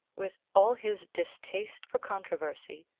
with all his distaste for controversy,